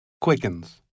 quickens